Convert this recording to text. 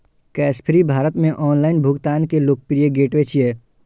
Cashfree Bharat मे online भुगतान के लोकप्रिय गेटवे छियै